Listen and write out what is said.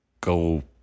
go